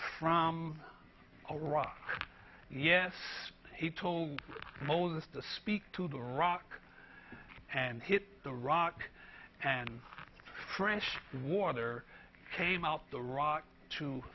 rock yes he told moses to speak to the rock and hit the rock and fresh water came out the rock to